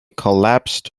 collapsed